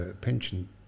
pension